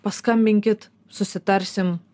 paskambinkit susitarsim